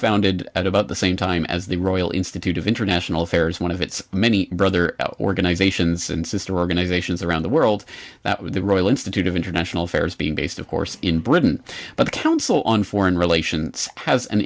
founded at about the same time as the royal institute of international affairs one of its many brother organizations and sister organizations around the world that was the royal institute of international affairs being based of course in britain but the council on foreign relations has an